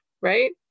right